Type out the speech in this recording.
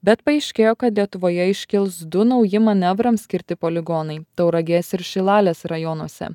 bet paaiškėjo kad lietuvoje iškils du nauji manevrams skirti poligonai tauragės ir šilalės rajonuose